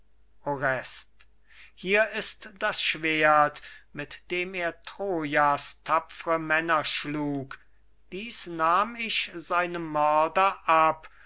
hier ist das schwert mit dem er troja's tapfre männer schlug dies nahm ich seinem mörder ab